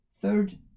third